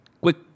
quick